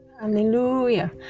hallelujah